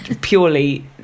purely